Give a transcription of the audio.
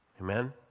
Amen